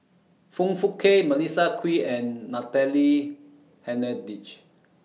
Foong Fook Kay Melissa Kwee and Natalie Hennedige